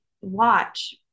watch